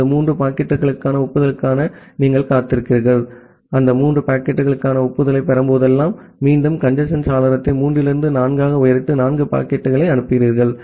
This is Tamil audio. அந்த மூன்று பாக்கெட்டுகளுக்கான ஒப்புதலுக்காக நீங்கள் காத்திருக்கிறீர்கள் அந்த மூன்று பாக்கெட்டுகளுக்கான ஒப்புதலைப் பெறும்போதெல்லாம் மீண்டும் கஞ்சேஸ்ன் சாளரத்தை மூன்றிலிருந்து நான்காக உயர்த்தி நான்கு பாக்கெட்டுகளை அனுப்புகிறீர்கள்